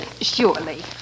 Surely